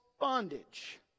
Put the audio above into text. bondage